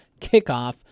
kickoff